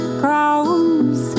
grows